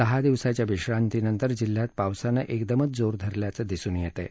दहा दिवसाच्या विश्रांतीनंतर जिल्ह्यात पावसांन एकदमच जोर धरल्याचं दिसून येत आहे